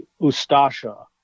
ustasha